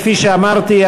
כפי שאמרתי,